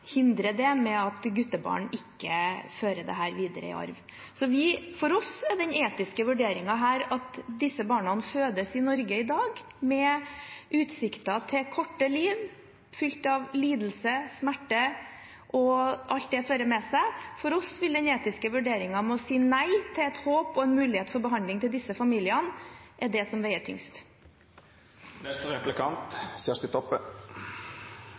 hindrer det, i måten man har valgt å innrette dette på i Storbritannia, ved at guttebarn ikke fører dette videre i arv. For oss er den etiske vurderingen her at disse barna fødes i Norge i dag, med utsikter til korte liv fylt av lidelse, smerte og alt det fører med seg. For oss vil den etiske vurderingen ved å si nei til et håp og en mulighet for behandling til disse familiene være det som